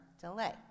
delay